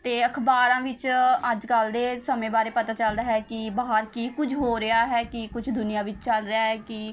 ਅਤੇ ਅਖ਼ਬਾਰਾਂ ਵਿੱਚ ਅੱਜ ਕੱਲ੍ਹ ਦੇ ਸਮੇਂ ਬਾਰੇ ਪਤਾ ਚੱਲਦਾ ਹੈ ਕਿ ਬਾਹਰ ਕੀ ਕੁਝ ਹੋ ਰਿਹਾ ਹੈ ਕੀ ਕੁਝ ਦੁਨੀਆ ਵਿੱਚ ਚੱਲ ਰਿਹਾ ਹੈ ਕੀ